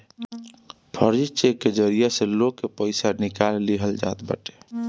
फर्जी चेक के जरिया से लोग के पईसा निकाल लिहल जात बाटे